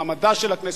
מעמדה של הכנסת,